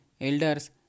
elders